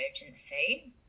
emergency